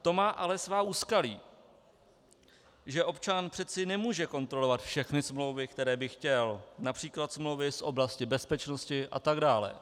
To má ale svá úskalí, že občan přece nemůže kontrolovat všechny smlouvy, které by chtěl, například smlouvy z oblasti bezpečnosti atd.